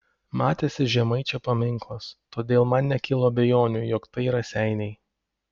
matėsi žemaičio paminklas todėl man nekilo abejonių jog tai raseiniai